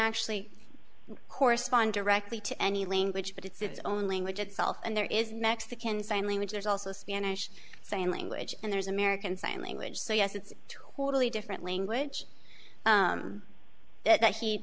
actually correspond directly to any language but it's its own language itself and there is mexican sign language there's also spanish saying language and there's american sign language so yes it's totally different language that